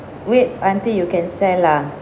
wait until you can sell lah